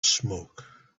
smoke